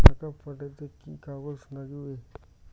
টাকা পাঠাইতে কি কাগজ নাগীবে?